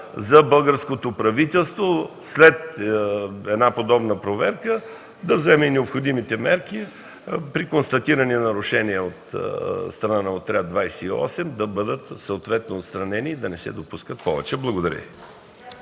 за българското правителство, след подобна проверка да вземе необходимите мерки при констатирани нарушения от страна на „Авиоотряд 28”, да бъдат отстранени и да не се допускат повече. Благодаря